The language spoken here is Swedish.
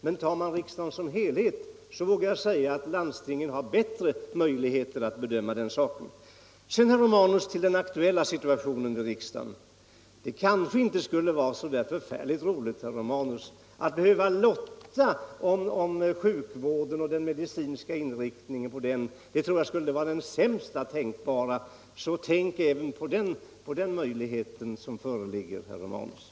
Men tar man riksdagen som helhet vågar jag påstå att landstingen har bättre möjligheter att bedöma sjukvården. Sedan, herr Romanus, till den aktuella situationen i riksdagen. Att behöva lotta om sjukvårdens inriktning tror jag vore sämsta tänkbara utväg. Glöm inte bort den risken, herr Romanus.